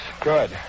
Good